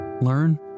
learn